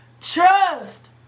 Trust